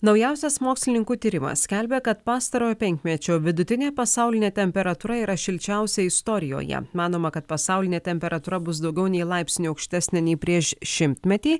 naujausias mokslininkų tyrimas skelbia kad pastaro penkmečio vidutinė pasaulinė temperatūra yra šilčiausia istorijoje manoma kad pasaulinė temperatūra bus daugiau nei laipsniu aukštesnė nei prieš šimtmetį